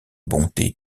bonté